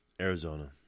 Arizona